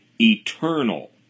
eternal